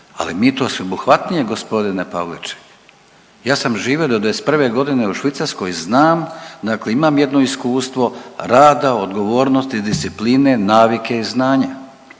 Ali, mi to sveobuhvatnije, g. Pavliček. Ja sam živio do '91. g. u Švicarskoj i znam, dakle imam jedno iskustvo rada, odgovornosti, discipline, navike i znanja.